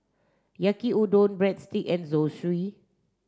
Yaki Udon Breadstick and Zosui